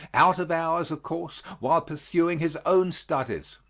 out of hours, of course, while pursuing his own studies.